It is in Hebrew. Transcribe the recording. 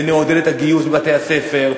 ונעודד את הגיוס בבתי-הספר.